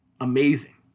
amazing